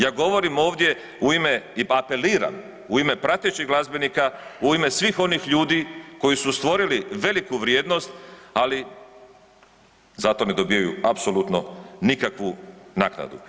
Ja govorim ovdje u ime i apeliram u ime pratećih glazbenika u ime svih onih ljudi koji su stvorili veliku vrijednost ali za to ne dobivaju apsolutno nikakvu naknadu.